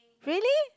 really